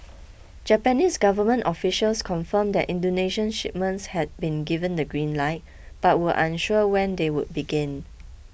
Japanese government officials confirmed that Indonesian shipments had been given the green light but were unsure when they would begin